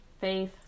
Faith